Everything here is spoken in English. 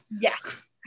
yes